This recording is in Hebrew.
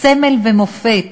סמל ומופת?